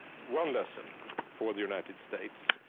one lesson for the united states,